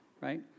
right